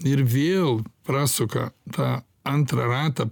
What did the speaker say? ir vėl prasuka tą antrą ratą